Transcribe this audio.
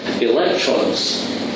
electrons